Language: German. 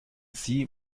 sie